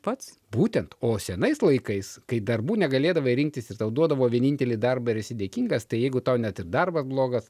pats būtent o senais laikais kai darbų negalėdavai rinktis ir tau duodavo vienintelį darbą ir esi dėkingas tai jeigu tau net ir darbas blogas